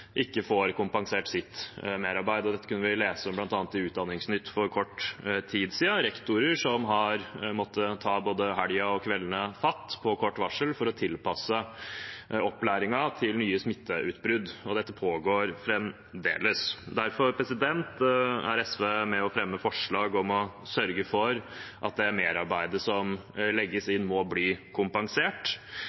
ikke får kompensert sitt merarbeid. Dette kunne vi lese om bl.a. i Utdanningsnytt for kort tid siden, om rektorer som på kort varsel har måttet ta både helgen og kveldene fatt for å tilpasse opplæringen til nye smitteutbrudd. Dette pågår fremdeles. Derfor er SV med på å fremme forslag om å sørge for at det merarbeidet som legges inn, må bli kompensert.